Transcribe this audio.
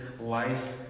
life